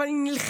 אבל אני נלחמת,